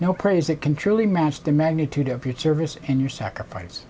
no praise it can truly match the magnitude of your service and your sacrifice